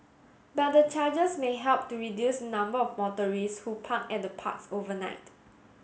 but the charges may help to reduce the number of motorists who park at the parks overnight